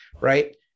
right